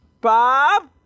Bob